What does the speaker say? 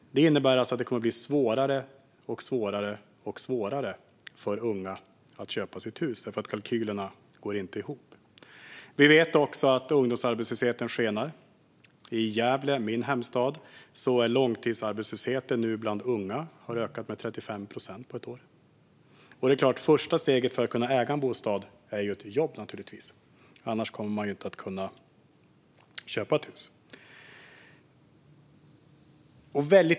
Det innebär att det kommer att bli allt svårare för unga att köpa hus, eftersom kalkylerna inte går ihop. Vi vet också att ungdomsarbetslösheten skenar. I Gävle, min hemstad, har långtidsarbetslösheten bland unga ökat med 35 procent på ett år. Det första steget för att kunna äga en bostad är såklart att man har ett jobb. Annars kommer man inte att kunna köpa ett hus.